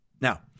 Now